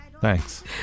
Thanks